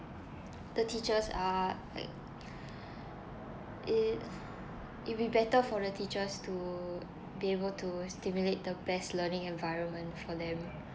the teachers are like it it will be better for the teachers to to be able to stimulate the best learning environment for them